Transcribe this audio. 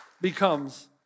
becomes